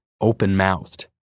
open-mouthed